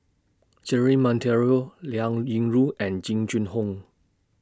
Jerry Monteiro Liao Yingru and Jing Jun Hong